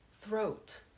throat